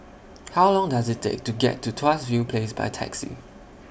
How Long Does IT Take to get to Tuas View Place By Taxi